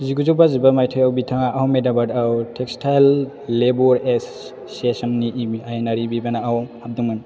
जिगुजौ बाजिबा मायथाइआव बिथाङा एहमदाबादाव टेक्सटाइल लेबार एस'सिएशन नि आयेनारि बिबानाव हाबदोंमोन